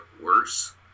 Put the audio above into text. worse